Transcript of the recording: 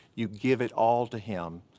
you give it all to him.